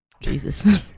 Jesus